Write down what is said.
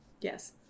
Yes